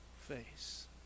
face